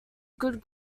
good